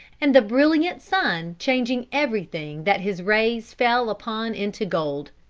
and the brilliant sun changing everything that his rays fell upon into gold.